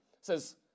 says